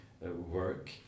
work